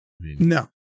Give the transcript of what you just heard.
no